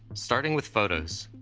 starting with photos.